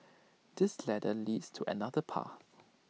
this ladder leads to another path